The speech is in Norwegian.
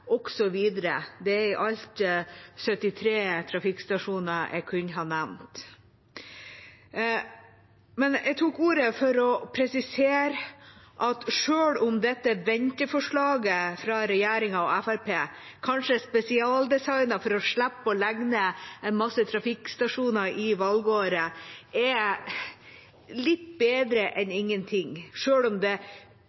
Det er i alt 73 trafikkstasjoner jeg kunne ha nevnt. Jeg tok ordet for å presisere at selv om dette venteforslaget fra regjeringa og Fremskrittspartiet kanskje er spesialdesignet for å slippe å legge ned mange trafikkstasjoner i valgåret, er det litt bedre enn